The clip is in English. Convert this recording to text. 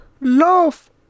Love